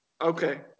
Okay